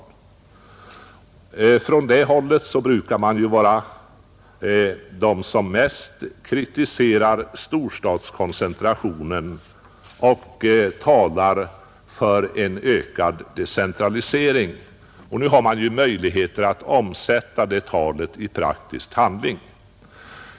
Det är ju från det hållet som man mest brukar kritisera storstadskoncentrationen och tala för en ökad decentralisering. Nu har man möjligheter att omsätta det talet i praktisk handling.